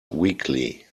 weakly